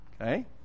Okay